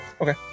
Okay